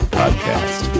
podcast